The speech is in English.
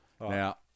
Now